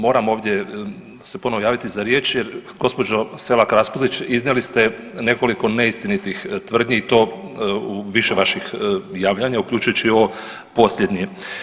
Moram ovdje se ponovno javiti za riječ jer gospođo Selak Raspudić, iznijeli ste nekoliko neistinitih tvrdnji i to u više vaših javljanja, uključujući i ovo posljednje.